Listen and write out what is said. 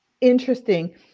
interesting